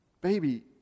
baby